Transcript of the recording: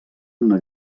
una